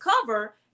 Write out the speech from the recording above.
cover